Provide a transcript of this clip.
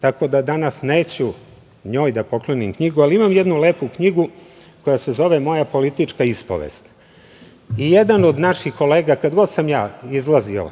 tako da danas neću njoj da poklonim knjigu, ali imam jednu lepu knjigu koja se zove „Moja politička ispovest“ i jedan od naših kolega kada god sam ja izlazio